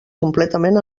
completament